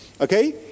okay